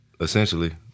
essentially